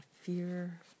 fear